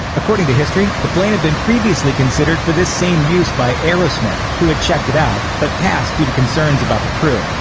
according to history, the plane had been previously considered for this same use by aerosmith, who had checked it out, but passed due to concerns about the crew.